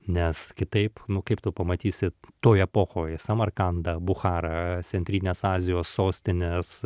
nes kitaip nu kaip tu pamatysi toj epochoj samarkandą bucharą centrinės azijos sostinės